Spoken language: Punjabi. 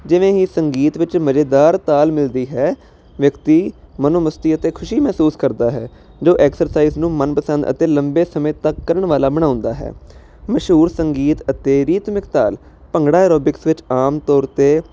ਜਿਵੇਂ ਹੀ ਸੰਗੀਤ ਵਿੱਚ ਮਜ਼ੇਦਾਰ ਤਾਲ ਮਿਲਦੀ ਹੈ ਵਿਅਕਤੀ ਮਨੋਮਸਤੀ ਅਤੇ ਖੁਸ਼ੀ ਮਹਿਸੂਸ ਕਰਦਾ ਹੈ ਜੋ ਐਕਸਰਸਾਈਜ ਨੂੰ ਮਨਪਸੰਦ ਅਤੇ ਲੰਬੇ ਸਮੇਂ ਤੱਕ ਕਰਨ ਵਾਲਾ ਬਣਾਉਂਦਾ ਹੈ ਮਸ਼ਹੂਰ ਸੰਗੀਤ ਅਤੇ ਰੀਤਮਿਕ ਤਾਲ ਭੰਗੜਾ ਐਰੋਬਿਕਸ ਵਿੱਚ ਆਮ ਤੌਰ 'ਤੇ